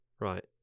Right